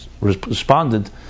responded